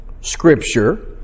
Scripture